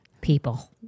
People